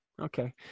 okay